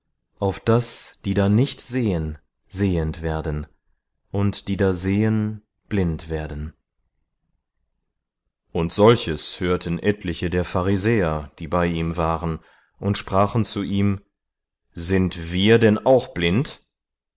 auf daß die da nicht sehen sehend werden und die da sehen blind werden und solches hörten etliche der pharisäer die bei ihm waren und sprachen zu ihm sind wir denn auch blind